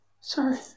Sorry